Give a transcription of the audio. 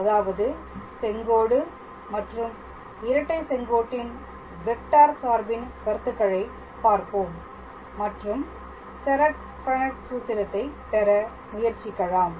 அதாவது செங்கோடு மற்றும் இரட்டை செங்கோட்டின் வெக்டார் சார்பின் கருத்துக்களை பார்ப்போம் மற்றும் செரட் பிரனட் சூத்திரத்தை பெற முயற்சிக்கலாம்